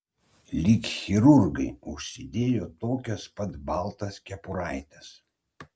lyg chirurgai užsidėjo tokias pat baltas kepuraites